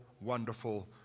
wonderful